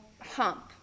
hump